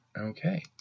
Okay